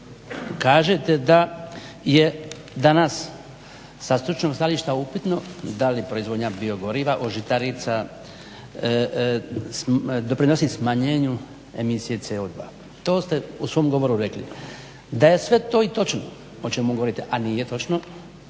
kažete da je danas sa stručnog stajališta upitno da li proizvodnja biogoriva od žitarica doprinosi smanjenju emisije CO2. To ste u svom govoru rekli. Da je sve to i točno o čemu govorite, a nije točno